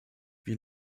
wir